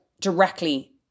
directly